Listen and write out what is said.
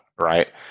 right